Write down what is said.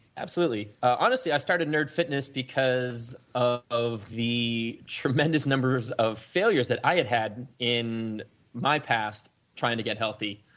absolutely, honestly, i started nerd fitness because ah of the tremendous numbers of failures that i had had in my past trying to get healthy.